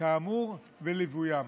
כאמור וליוויים.